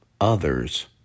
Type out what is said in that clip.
others